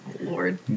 lord